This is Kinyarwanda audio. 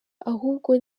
ahubwo